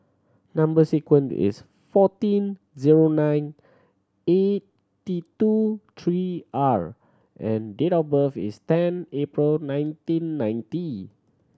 number sequence is fourteen zero nine eighty two three R and date of birth is ten April nineteen ninety